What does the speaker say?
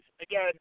again